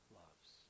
loves